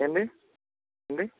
ఏంది ఏంది